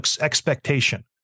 expectation